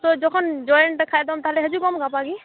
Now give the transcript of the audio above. ᱛᱚ ᱡᱚᱠᱷᱚᱱ ᱡᱚᱭᱮᱱᱴ ᱞᱮᱠᱷᱟᱱ ᱫᱚᱢ ᱛᱟᱦᱚᱞᱮ ᱦᱤᱡᱩᱜᱚᱜ ᱢᱮ ᱜᱟᱯᱟ ᱜᱮ